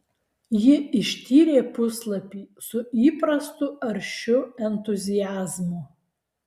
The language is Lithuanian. ji ištyrė puslapį su įprastu aršiu entuziazmu